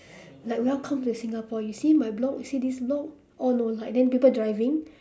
like welcome to singapore you see my block you see this block all no light then people driving